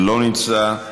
לא נמצא,